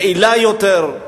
יעילה יותר,